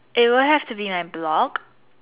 it will have to be in my blog